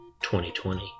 2020